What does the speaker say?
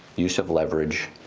use of leverage,